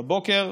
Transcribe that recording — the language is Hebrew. בבוקר,